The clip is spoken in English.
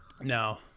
No